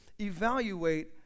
evaluate